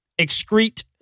excrete